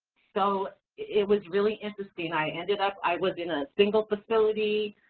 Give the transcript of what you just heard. so it was really interesting. i ended up, i was in a single facility.